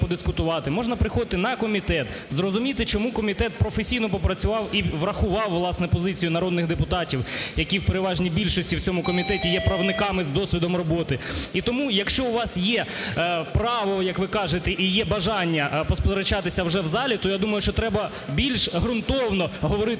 можна приходити на комітет, зрозуміти, чому комітет професійно попрацював і врахував, власне, позицію народних депутатів, які в переважній більшості в цьому комітеті є правниками з досвідом роботи. І тому, якщо у вас є право, як ви кажете, і є бажання посперечатися вже залі, то, я думаю, що треба більш ґрунтовно говорити,